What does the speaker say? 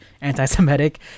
anti-semitic